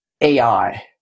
AI